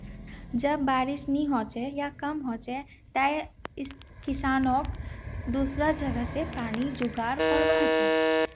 जब बारिश नी हछेक या कम हछेक तंए किसानक दुसरा जगह स पानीर जुगाड़ करवा हछेक